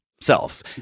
Self